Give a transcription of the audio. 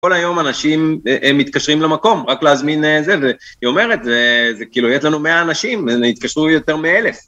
כל היום אנשים, הם מתקשרים למקום, רק להזמין זה. והיא אומרת, זה כאילו, יש לנו 100 אנשים, התקשרו יותר מ-1,000.